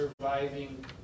surviving